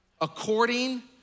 According